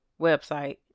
website